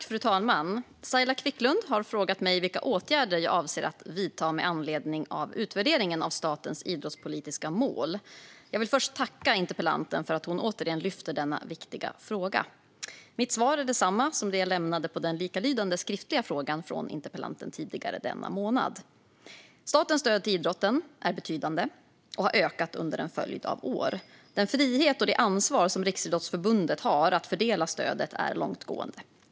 Fru talman! har frågat mig vilka åtgärder jag avser att vidta med anledning av utvärderingen av statens idrottspolitiska mål. Jag vill först tacka interpellanten för att hon återigen lyfter denna viktiga fråga. Mitt svar är detsamma som det jag lämnade på den likalydande skriftliga frågan från interpellanten tidigare denna månad. Statens stöd till idrotten är betydande och har ökat under en följd av år. Den frihet och det ansvar som Riksidrottsförbundet har att fördela stödet är långtgående.